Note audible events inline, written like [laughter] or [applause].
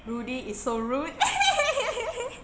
rudy is so rude [laughs]